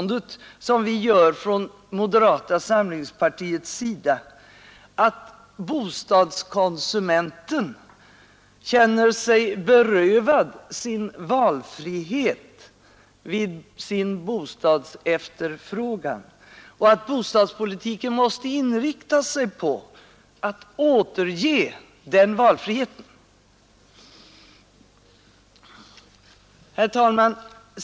Ligger det inte åtskilligt i moderata samlingspartiets påstående att bostadskonsumenten känner sig berövad sin valfrihet vid sin bostadsefterfrågan och att bostadspolitiken måste inrikta sig på att återge honom den valfriheten? Herr talman!